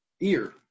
ear